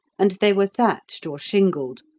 and they were thatched or shingled,